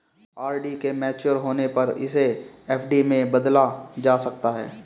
RD के mature होने पर इसे एफ.डी में बदला जा सकता है